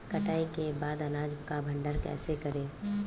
कटाई के बाद अनाज का भंडारण कैसे करें?